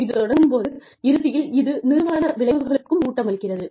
இது தொடரும் போது இறுதியில் இது நிறுவன விளைவுகளுக்கும் ஊட்டமளிக்கிறது